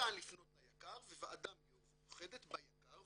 ניתן לפנות ליק"ר וועדה מיוחדת ביק"ר,